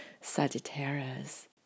Sagittarius